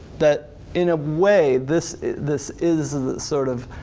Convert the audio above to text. that in a way this this is the sort of